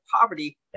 poverty